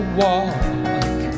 walk